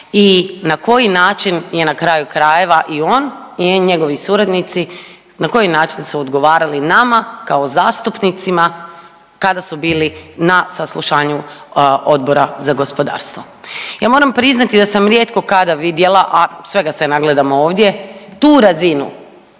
i na koji način je na kraju krajeva i on i njegovi suradnici, na koji način su odgovarali nama kao zastupnicima kada su bili na saslušanju Odbora za gospodarstvo. Ja moram priznati da sam rijetko kada vidjela, a svega se nagledam ovdje, tu razinu